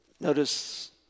Notice